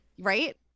right